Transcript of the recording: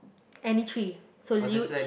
any three so